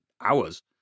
hours